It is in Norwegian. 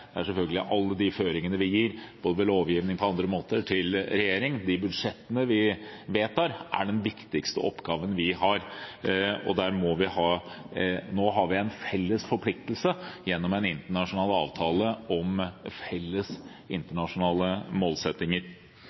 Det er selvfølgelig alle de føringer vi gir, både ved lovgivning og på andre måter, til regjeringen, og de budsjettene vi vedtar. Det er den viktigste oppgaven vi har. Og nå har vi en felles forpliktelse gjennom en internasjonal avtale om felles internasjonale målsettinger.